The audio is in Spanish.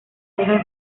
deja